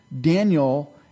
Daniel